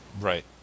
right